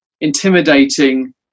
intimidating